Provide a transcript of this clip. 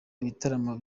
ibitaramo